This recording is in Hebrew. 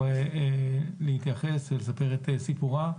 נחמיה להתייחס ולספר את סיפורה.